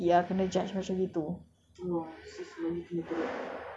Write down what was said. and then sis macam tak puas hati lah kena judge macam itu